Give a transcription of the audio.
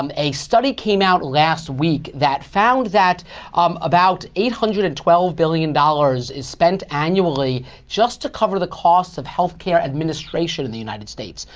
um a study came out last week that found that um about eight hundred and twelve billion dollars is spent annually just to cover the costs of health care administration in the united states.